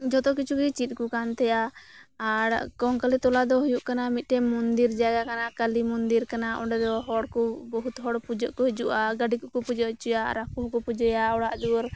ᱡᱚᱛᱚ ᱠᱤᱪᱷᱩ ᱜᱮ ᱪᱮᱫ ᱟᱠᱚ ᱠᱟᱱ ᱛᱟᱦᱮᱸᱜᱼᱟ ᱟᱨ ᱠᱚᱝᱠᱟᱞᱤ ᱛᱚᱞᱟ ᱫᱚ ᱦᱩᱭᱩᱜ ᱠᱟᱱᱟ ᱢᱤᱫᱴᱮᱡ ᱢᱚᱱᱫᱤᱨ ᱡᱟᱭᱜ ᱟ ᱠᱟᱱᱟ ᱠᱟᱞᱤ ᱢᱚᱱᱫᱤᱨ ᱠᱟᱱᱟ ᱚᱸᱰᱮ ᱫᱚ ᱦᱚᱲ ᱠᱚ ᱵᱚᱦᱩᱛ ᱦᱚᱲ ᱯᱩᱡᱟᱹᱜ ᱠᱚ ᱦᱤᱡᱩᱜᱼᱟ ᱜᱟᱰᱤ ᱠᱚᱠᱚ ᱯᱩᱡᱟᱹᱜ ᱪᱚᱭᱟ ᱟᱨ ᱟᱠᱚ ᱦᱚᱸᱠᱚ ᱯᱩᱡᱟᱹᱭᱟ ᱚᱲᱟᱜ ᱫᱩᱣᱟᱹᱨ